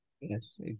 Yes